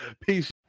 Peace